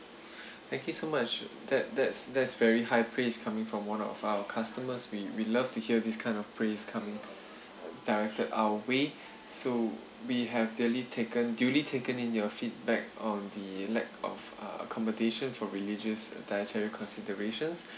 thank you so much that that's that's very high praise coming from one of our customers we we love to hear this kind of praise coming directed our way so we have duly taken duly taken in your feedback on the lack of uh accommodation for religious dietary considerations